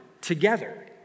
together